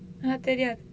ah தெரியாது:theriyaathu